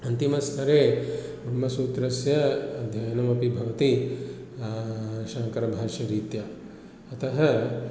अन्तिमस्तरे ब्रह्मसूत्रस्य अध्ययनमपि भवति शाङ्करभाष्यरीत्या अतः